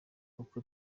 uko